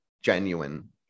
genuine